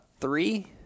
Three